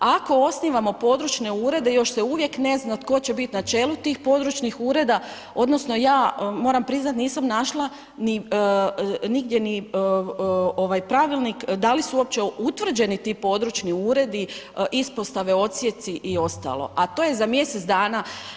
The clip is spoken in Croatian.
Ako osnivamo područne urede, još se uvijek ne zna tko će bit na čelu tih područnih ureda, odnosno ja moram priznat nisam našla nigdje ni pravilnik da li su uopće utvrđeni ti područni uredi, ispostave, odsjeci i ostalo a to je za mjesec dana.